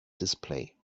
display